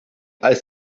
als